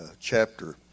chapter